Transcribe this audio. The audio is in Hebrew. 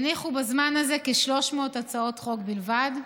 הניחו בזמן הזה כ-300 הצעות חוק בלבד.